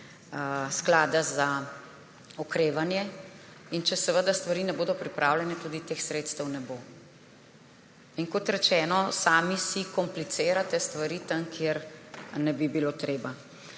sklada za okrevanje. Če stvari ne bodo pripravljene, tudi teh sredstev ne bo. In kot rečeno, sami si komplicirate stvari tam, kjer ne bi bilo treba.